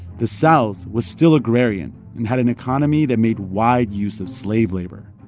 the south was still agrarian and had an economy that made wide use of slave labor.